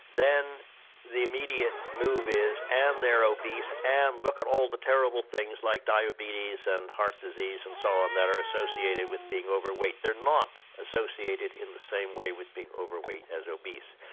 then the immediate move is and they're obese, and look at all the terrible things like diabetes and heart disease and so on that are associated with being overweight. they're not associated in the same with being overweight as obese.